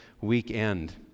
weekend